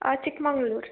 Chikmagalur